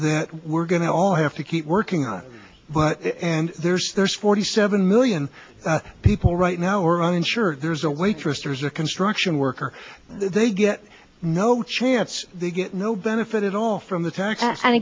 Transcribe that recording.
that we're going to all have to keep working on but and there's there's forty seven million people right now are uninsured there's a waitress there's a construction worker they get no chance they get no benefit at all from the tax and